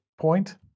point